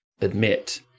admit